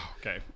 okay